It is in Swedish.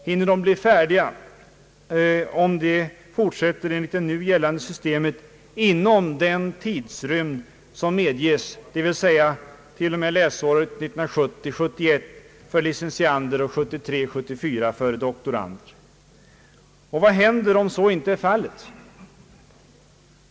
Hinner de, om de fortsätter enligt det nu gällande systemet, bli färdiga inom den tidrymd som medges dvs. till och med läsåret 1970 74 för doktorander? Och vad händer om så inte är fallet?